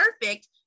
perfect